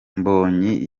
mbonyi